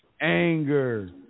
anger